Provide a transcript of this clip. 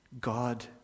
God